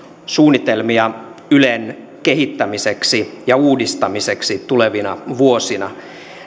suunnitelmia ylen kehittämiseksi ja uudistamiseksi tulevina vuosina